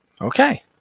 Okay